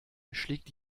schlägt